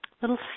little